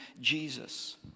jesus